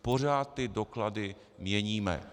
Pořád ty doklady měníme.